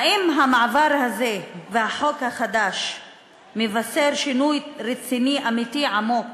האם המעבר הזה והחוק החדש מבשרים שינוי רציני אמיתי עמוק